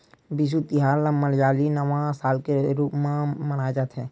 बिसु तिहार ल मलयाली नवा साल के रूप म मनाए जाथे